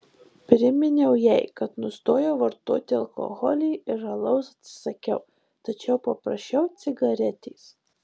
priminiau jai kad nustojau vartoti alkoholį ir alaus atsisakiau tačiau paprašiau cigaretės